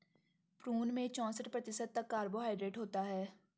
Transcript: prune में चौसठ प्रतिशत तक कार्बोहायड्रेट होता है